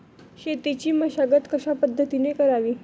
शेतीची मशागत कशापद्धतीने करावी?